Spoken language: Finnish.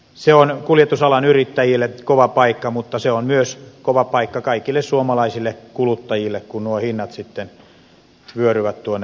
se on kuljetusalan yrittäjille kova paikka mutta se on kova paikka myös kaikille suomalaisille kuluttajille kun nuo hinnat sitten vyöryvät tuotteisiin